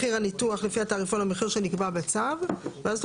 מחיר הניתוח לפי התעריפון הוא המחיר שנקבע בצו ואז את